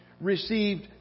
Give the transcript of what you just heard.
received